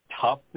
tough